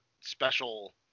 special